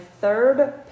third